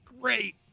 great